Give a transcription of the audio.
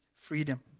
freedom